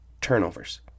turnovers